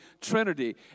Trinity